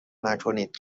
نکنید